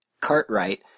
Cartwright